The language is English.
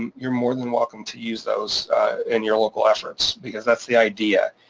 um you're more than welcome to use those in your local efforts because that's the idea,